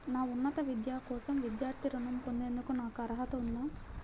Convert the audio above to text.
నా ఉన్నత విద్య కోసం విద్యార్థి రుణం పొందేందుకు నాకు అర్హత ఉందా?